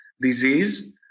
disease